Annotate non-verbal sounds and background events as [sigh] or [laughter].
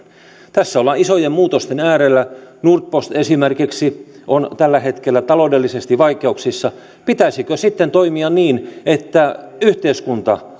tässä ollaan isojen muutosten äärellä esimerkiksi postnord on tällä hetkellä taloudellisesti vaikeuksissa pitäisikö sitten toimia niin että yhteiskunta [unintelligible]